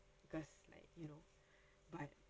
because like you know but